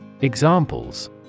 Examples